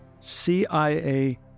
CIA